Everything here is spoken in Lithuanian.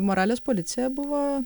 moralės policija buvo